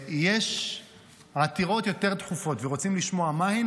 יש עתירות יותר דחופות, ורוצים לשמוע מהן?